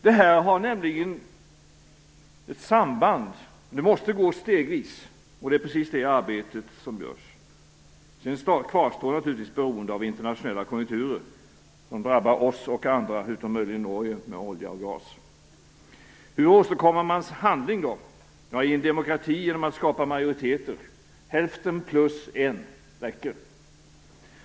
Detta har nämligen ett samband, och det måste gå stegvis. Det är precis det arbetet som görs. Sedan kvarstår naturligtvis beroende av internationella konjunkturer. De drabbar oss och andra, utom möjligen Norge som har olja och gas. Hur åstadkommer man då handling. I en demokrati gör man det genom att skapa majoriteter. Hälften plus en räcker.